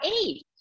eight